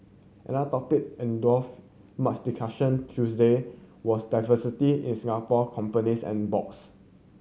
another topic much discussion Tuesday was diversity in Singapore companies and boards